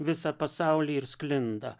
visą pasaulį ir sklinda